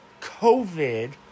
COVID